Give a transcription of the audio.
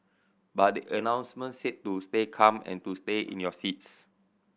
but the announcement said to stay calm and to stay in your seats